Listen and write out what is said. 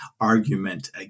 argument